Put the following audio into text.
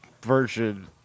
version